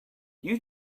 you